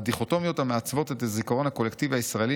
"הדיכוטומיות המעצבות את הזיכרון הקולקטיבי הישראלי